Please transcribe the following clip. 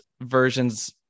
versions